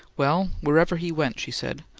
well, wherever he went, she said,